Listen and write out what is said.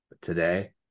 today